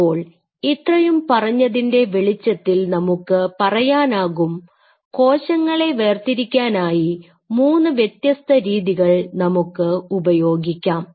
അപ്പോൾ ഇത്രയും പറഞ്ഞതിന്റെ വെളിച്ചത്തിൽ നമുക്ക് പറയാനാകും കോശങ്ങളെ വേർതിരിക്കാനായി മൂന്ന് വ്യത്യസ്ത രീതികൾ നമുക്ക് ഉപയോഗിക്കാം